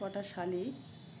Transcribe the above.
কটা শালিক